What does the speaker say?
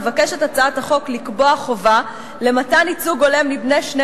מבקשת הצעת החוק לקבוע חובה למתן ייצוג הולם לבני שני